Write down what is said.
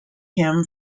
him